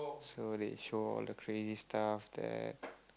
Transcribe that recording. so they show all the crazy stuff that